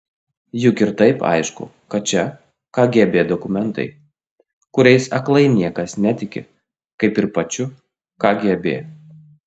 juk ir taip aišku kad čia kgb dokumentai kuriais aklai niekas netiki kaip ir pačiu kgb